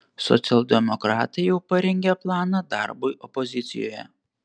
socialdemokratai jau parengė planą darbui opozicijoje